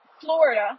Florida